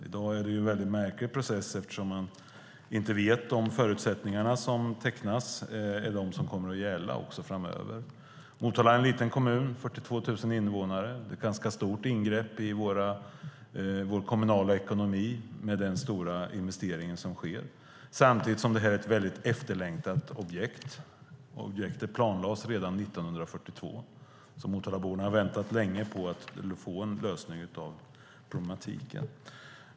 I dag är det en väldigt märklig process eftersom man inte vet om förutsättningarna som tecknas är de som kommer att gälla också framöver. Motala är en liten kommun med 42 000 invånare. Den stora investering som sker är ett ganska stort ingrepp i vår kommunala ekonomi. Samtidigt är det här ett väldigt efterlängtat objekt. Objektet planlades redan 1942. Motalaborna har väntat länge på att få en lösning av problematiken.